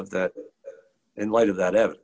of that in light of that